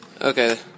Okay